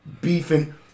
beefing